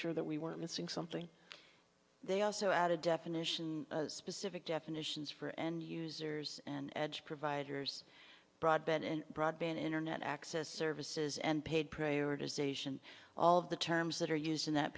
sure that we weren't missing something they also added definition specific definitions for end users and edge providers broadbent and broadband internet access services and paid prayer it is asian all of the terms that are used in that